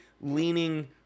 leaning